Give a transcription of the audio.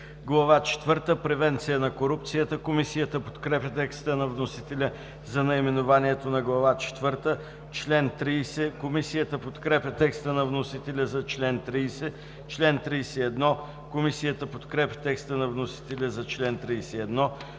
четвърта – Превенция на корупцията“. Комисията подкрепя текста на вносителя за наименованието на Глава четвърта. Комисията подкрепя текста на вносителя за чл. 30. Комисията подкрепя текста на вносителя за чл. 31.